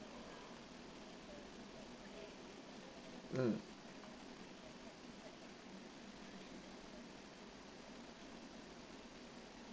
mm